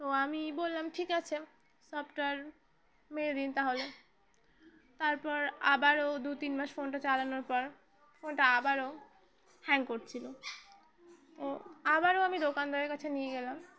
তো আমি বললাম ঠিক আছে সফটওয়্যার মেরে দিন তাহলে তারপর আবারও দু তিন মাস ফোনটা চালানোর পর ফোনটা আবারও হ্যাং করছিলো তো আবারও আমি দোকানদারের কাছে নিয়ে গেলাম